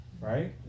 Right